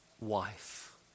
wife